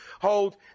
hold